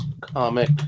Comic